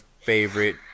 favorite